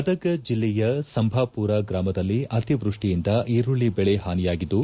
ಗದಗ ಜಿಲ್ಲೆಯ ಸಂಭಾಪೂರ ಗ್ರಾಮದಲ್ಲಿ ಅತಿವ್ಯಶ್ಠಿಯಿಂದ ಈರುಳ್ಳ ಬೆಳೆ ಹಾನಿಯಾಗಿದ್ದು